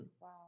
Wow